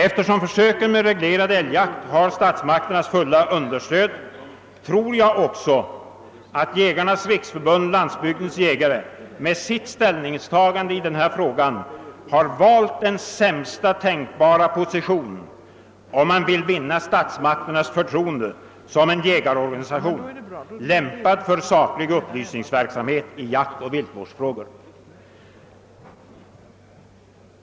Eftersom försöken med reglerad älgjakt har statsmakternas fulla stöd tror jag också att Jägarnas riksförbund—Landsbygdens jägare med sitt ställningstagande i denna fråga har valt den sämsta tänkbara positionen, om man vill vinna statsmakternas förtroende som en jägarorganisation lämpad för saklig upplysningsverksamhet i jaktoch viltvårdsfrågor.